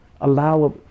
allow